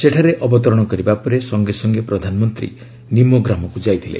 ସେଠାରେ ଅବତରଣ କରିବା ପରେ ସଙ୍ଗେ ସଙ୍ଗେ ପ୍ରଧାନମନ୍ତ୍ରୀ ନିମୋ ଗ୍ରାମକୁ ଯାଇଥିଲେ